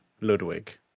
Ludwig